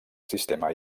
sistema